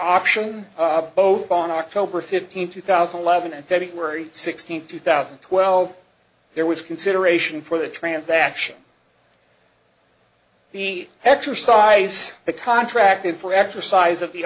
option both on october fifteenth two thousand and eleven and february sixteenth two thousand and twelve there was consideration for the transaction the exercise the contracted for exercise of the